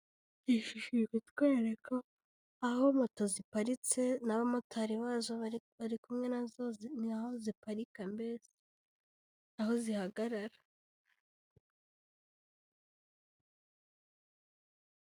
Iyi shusho iri kutwereka aho moto ziparitse n'abamotari bazo bari kumwe nazo, ni aho ziparika mbese, aho zihagarara.